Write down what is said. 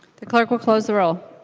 the clerk will close the roll.